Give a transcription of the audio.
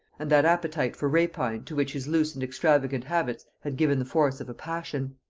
and that appetite for rapine to which his loose and extravagant habits had given the force of a passion.